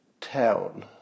town